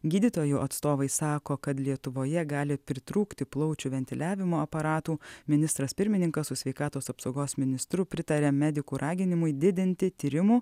gydytojų atstovai sako kad lietuvoje gali pritrūkti plaučių ventiliavimo aparatų ministras pirmininkas su sveikatos apsaugos ministru pritaria medikų raginimui didinti tyrimų